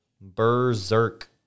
Berserk